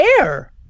air